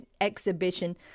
exhibition